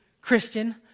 Christian